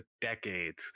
decades